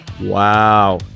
wow